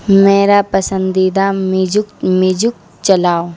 میرا پسندیدہ magic magic چلاؤ